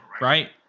right